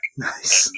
Nice